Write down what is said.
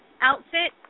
outfit